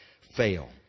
fail